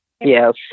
Yes